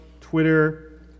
Twitter